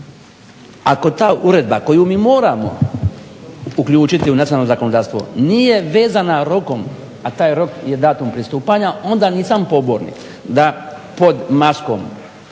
ako ta uredba koju mi moramo uključiti u nacionalno zakonodavstvo nije vezana rokom, a taj rok je datum pristupanja onda nisam pobornik da pod maskom